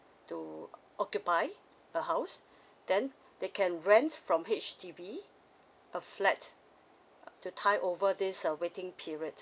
to occupy a house then they can rent from H_D_B a flat to tie over this err waiting period